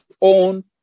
own